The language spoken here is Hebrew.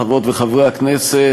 חברות וחברי הכנסת,